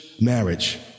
Marriage